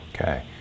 Okay